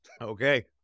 okay